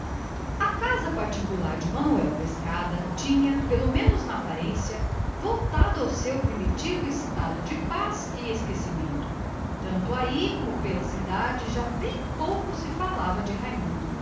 a casa particular de manuel pescada tinha pelo menos em aparência recaído no seu primitivo estado de paz e esquecimento tanto aí como pela cidade já bem pouco se falava de raimundo